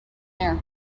there